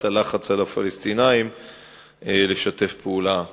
הלחץ על הפלסטינים לשתף פעולה בנושא.